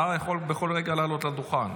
השר יכול בכל רגע לעלות לדוכן.